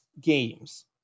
games